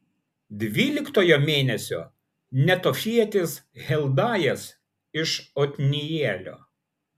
dvyliktojo mėnesio netofietis heldajas iš otnielio